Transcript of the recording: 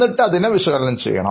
എന്നിട്ട് അതിനെ വിശകലനം ചെയ്യണം